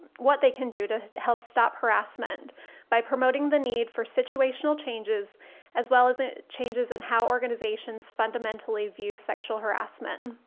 what they can do to help stop harassment by promoting the need for situational changes as well as ah changes in how organizations fundamentally view sexual harassment.